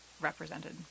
represented